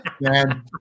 Man